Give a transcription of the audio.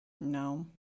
No